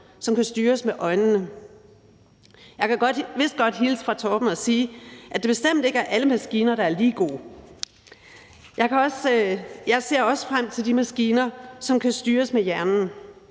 som kan styres med øjnene. Jeg kan vist godt hilse fra Torben og sige, at det bestemt ikke er alle maskiner, der er lige gode. Jeg ser også frem til de maskiner, som kan styres med hjernen,